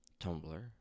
Tumblr